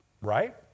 Right